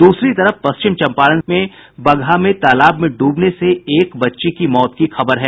द्रसरी तरफ पश्चिम चंपारण जिले के बगहा में तालाब में ड्रबने एक बच्ची की मौत की खबर है